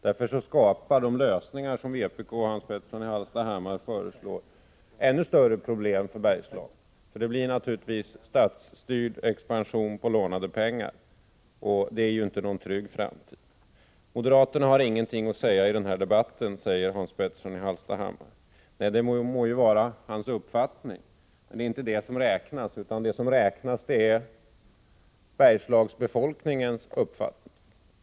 Därför skapar de lösningar som vpk och Hans Petersson i Hallstahammar föreslår ännu större problem för Bergslagen. Det blir naturligtvis statsstyrd expansion på lånade pengar, och det är inte någon trygg framtid. Moderaterna har ingenting att säga i den här debatten, säger Hans Petersson i Hallstahammar. Det må vara hans uppfattning, men det är inte det som räknas, utan det som räknas är Bergslagsbefolkningens uppfattning.